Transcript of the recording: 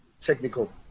technical